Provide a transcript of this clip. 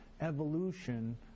evolution